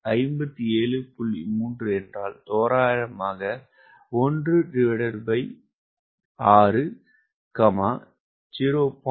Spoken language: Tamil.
3 என்றால் தோராயமாக 16 0